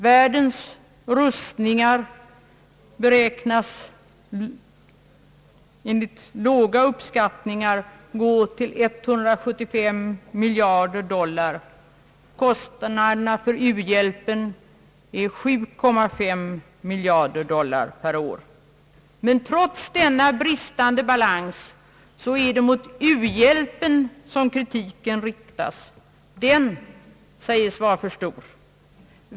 Världens rustningar beräknas enligt låga uppskattningar nu uppgå till 175 miljarder dollar, kostnaderna för u-hjälpen till 7,5 miljarder dollar per år. Men trots denna bristande balans är det mot u-hjälpen som kritiken riktas. Den sägs vara för stor.